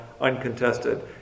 uncontested